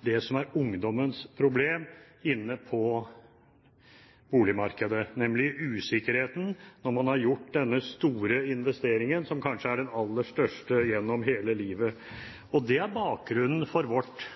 det som er ungdommens problem på boligmarkedet, nemlig usikkerheten når man har gjort denne store investeringen som kanskje er den aller største gjennom hele livet. Dette er bakgrunnen for vårt